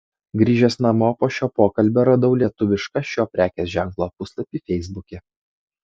grįžęs namo po šio pokalbio radau lietuvišką šio prekės ženklo puslapį feisbuke